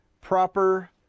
proper